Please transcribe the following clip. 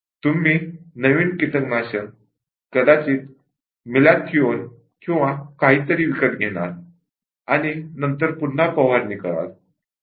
तुम्ही नवीन कीटकनाशक कदाचित मॅलाथिओन किंवा काहीतरी विकत घेणार आणि नंतर पुन्हा फवारणी करणार